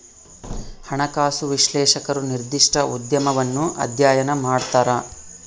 ಹಣಕಾಸು ವಿಶ್ಲೇಷಕರು ನಿರ್ದಿಷ್ಟ ಉದ್ಯಮವನ್ನು ಅಧ್ಯಯನ ಮಾಡ್ತರ